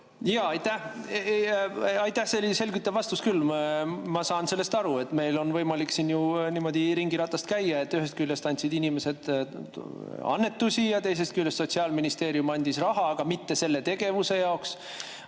palun! Aitäh, see oli selge vastus küll. Ma saan sellest aru, et meil on võimalik niimoodi ringiratast käia, et ühest küljest andsid inimesed annetusi ja teisest küljest Sotsiaalministeerium andis raha, aga mitte selle tegevuse jaoks.